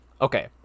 okay